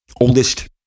oldest